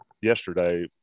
yesterday